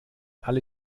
alle